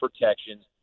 protections